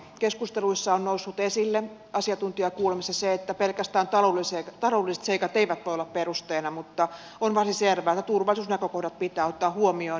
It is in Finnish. keskusteluissa ja asiantuntijakuulemisissa on noussut esille se että pelkästään taloudelliset seikat eivät voi olla perusteena mutta on varsin selvää että turvallisuusnäkökohdat pitää ottaa huomioon